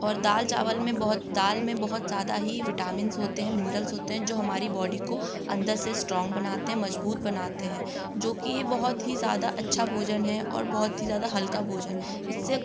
और दाल चावल में बहुत दाल में बहुत ज्यादा ही विटामिन्स होते हैं मिनरल्स होते हैं जो हमारी बॉडी को अंदर से स्ट्रॉंग बनाते हैं मजबूत बनाते हैं जो कि ये बहुत ही ज़्यादा अच्छा भोजन है और बहुत ही ज़्यादा हल्का भोजन इससे